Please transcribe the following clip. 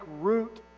root